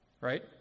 right